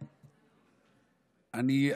אני,